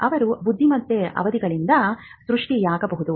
ಅವರು ಬುದ್ದಿಮತ್ತೆ ಅವಧಿಗಳಿಂದ ಸೃಷ್ಟಿಯಾಗಬಹುದು